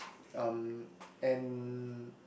um and